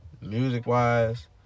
Music-wise